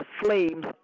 flames